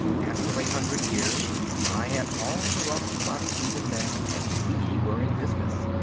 after a hundred years i had all the rough spots evened down and we were in business.